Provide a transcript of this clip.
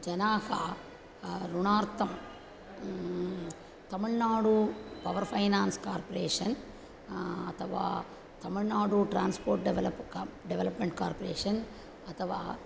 जनाः ऋणार्थं Tamil Nadu power finance corporation अथवा Tamil Nadu transport develop corp development corporation अथवा